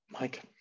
mike